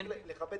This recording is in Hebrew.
יש